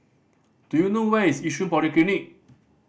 do you know where is Yishun Polyclinic